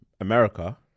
America